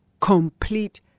complete